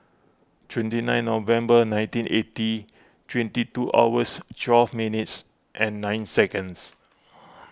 twenty nine November nineteen eighty twenty two hours twelve minutes and nine seconds